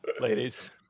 ladies